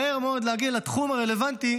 מהר מאוד להגיע לתחום הרלוונטי,